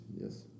Yes